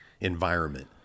environment